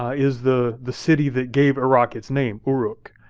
is the the city that gave iraq its name, uruk.